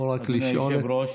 אדוני היושב-ראש,